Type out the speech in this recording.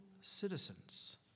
citizens